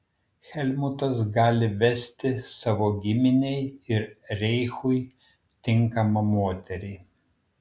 helmutas gali vesti savo giminei ir reichui tinkamą moterį